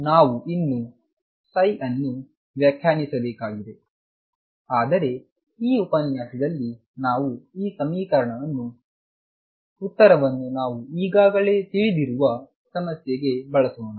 ನಾವು ಇನ್ನೂ psi ಅನ್ನು ವ್ಯಾಖ್ಯಾನಿಸಬೇಕಾಗಿದೆ ಆದರೆ ಈ ಉಪನ್ಯಾಸದಲ್ಲಿ ನಾವು ಈ ಸಮೀಕರಣವನ್ನು ಉತ್ತರವನ್ನು ನಾವು ಈಗಾಗಲೇ ತಿಳಿದಿರುವ ಸಮಸ್ಯೆಗೆ ಬಳಸೋಣ